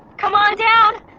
come on down!